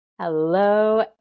Hello